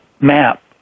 map